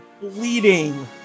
bleeding